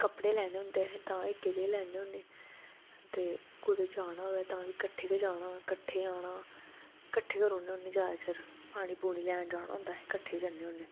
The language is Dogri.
कपड़े लैने होंदे तां बी इक्कै जेह् लैन्ने होन्ने ते कुदै जाना होऐ ते तां बी कट्ठे गै जाना कट्ठे गै औना कट्ठे गै रौह्ने होन्ने जैदा चिर पानी पूनी लैन जाना होंदा अस कट्ठे गै जन्ने होन्ने